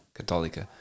católica